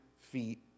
feet